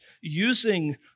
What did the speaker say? using